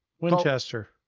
Winchester